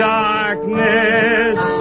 darkness